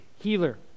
healer